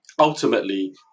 ultimately